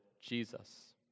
Jesus